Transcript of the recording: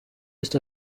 east